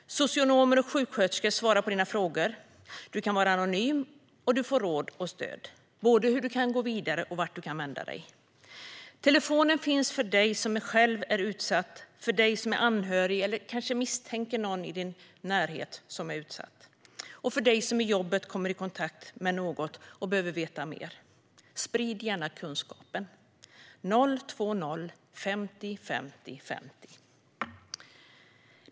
Socionomer och sjuksköterskor svarar på dina frågor. Du kan vara anonym, och du får råd och stöd om både hur du kan gå vidare och vart du kan vända dig. Telefonen finns för dig som själv är utsatt, för dig som är anhörig eller kanske misstänker att någon i din närhet är utsatt och för dig som i jobbet kommer i kontakt med något och behöver veta mer. Sprid gärna kunskapen! Telefonnumret är alltså 02050 50 50.